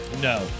No